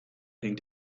thing